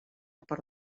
per